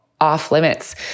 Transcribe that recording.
off-limits